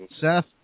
Seth